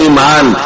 Iman